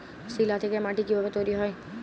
শিলা থেকে মাটি কিভাবে তৈরী হয়?